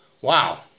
wow